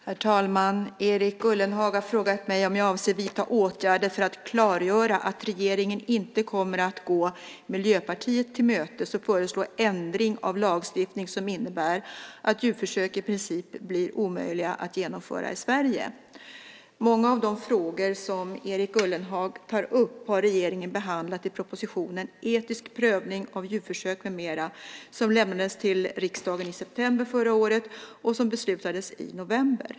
Herr talman! Erik Ullenhag har frågat mig om jag avser att vidta åtgärder för att klargöra att regeringen inte kommer att gå Miljöpartiet till mötes och föreslå ändring av lagstiftning som innebär att djurförsök i princip blir omöjliga att genomföra i Sverige. Många av de frågor som Erik Ullenhag tar upp har regeringen behandlat i propositionen Etisk prövning av djurförsök m.m. som lämnades till riksdagen i september förra året och som beslutades i november.